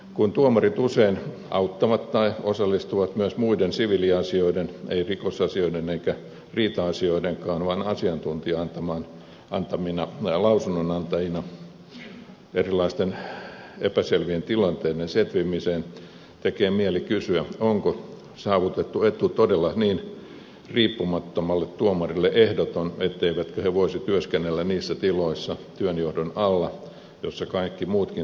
kun tuomarit usein auttavat tai osallistuvat myös muiden siviiliasioiden ei rikosasioiden eikä riita asioidenkaan vaan asiantuntijalausunnon antajina erilaisten epäselvien tilanteiden setvimiseen tekee mieli kysyä onko saavutettu etu todella riippumattomille tuomareille niin ehdoton etteivätkö he voisi työskennellä niissä tiloissa työnjohdon alla missä kaikki muutkin tekevät virkatyötä